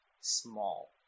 small